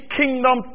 kingdom